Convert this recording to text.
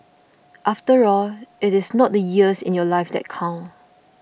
after all it is not the years in your life that count